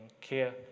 care